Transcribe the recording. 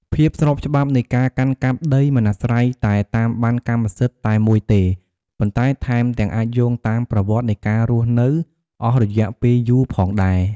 ភាពស្របច្បាប់នៃការកាន់កាប់ដីមិនអាស្រ័យតែតាមបណ្ណកម្មសិទ្ធិតែមួយទេ ប៉ុន្តែថែមទាំងអាចយោងតាមប្រវត្តិនៃការរស់នៅអស់រយៈពេលយូរផងដែរ។